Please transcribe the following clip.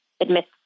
admits